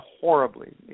horribly